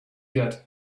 yet